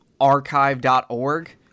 archive.org